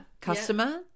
Customer